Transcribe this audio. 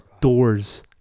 doors